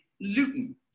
Luton